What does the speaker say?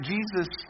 Jesus